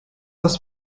this